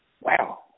wow